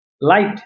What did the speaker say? Light